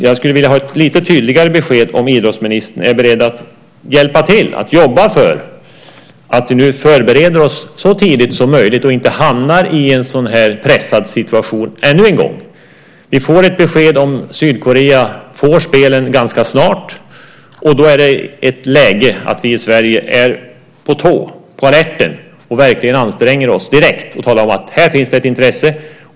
Jag skulle vilja ha ett lite tydligare besked om idrottsministern är beredd att hjälpa till och jobba för att vi förbereder oss så tidigt som möjligt och inte hamnar i en sådan här pressad situation ännu en gång. Vi får ganska snart ett besked om Sydkorea får spelen. Då är det läge för oss i Sverige att vara på alerten direkt och verkligen anstränga oss och tala om att här finns det ett intresse.